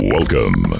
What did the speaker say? Welcome